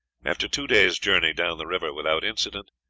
after two days' journey down the river without incident,